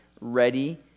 ready